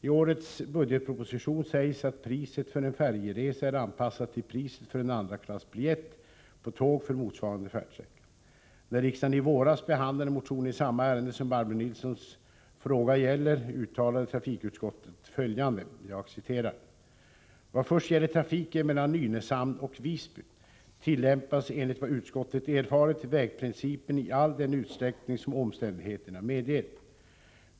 I årets budgetproposition sägs att priset för en färjeresa är anpassat till priset för en andraklassbiljett på tåg för motsvarande färdsträcka. När riksdagen i våras behandlade motioner i samma ärende som Barbro Nilssons fråga gäller uttalade trafikutskottet följande: ”Vad först gäller trafiken mellan Nynäshamn och Visby tillämpas enligt vad utskottet erfarit vägprincipen i all den utsträckning som omständigheterna medger.